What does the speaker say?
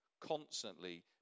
constantly